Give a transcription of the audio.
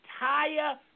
entire